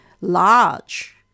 large